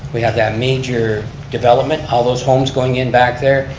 we have the major development all those homes going in back there,